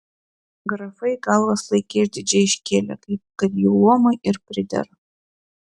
grafai galvas laikė išdidžiai iškėlę kaip kad jų luomui ir pridera